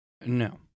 No